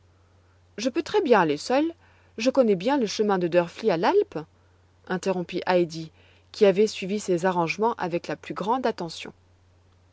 je peux très bien aller seule je connais bien le chemin de drfli à l'alpe interrompit heidi qui avait suivi ces arrangements avec la plus grande attention